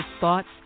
thoughts